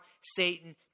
Satan